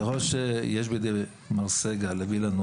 ככל שיש בידי מר סגל להביא לנו